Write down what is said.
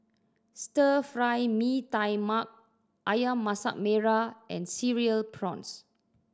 Stir Fry Mee Tai Mak Ayam Masak Merah and Cereal Prawns